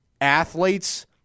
Athletes